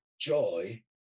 joy